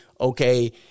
Okay